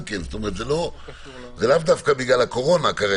לאו דווקא בגלל הקורונה.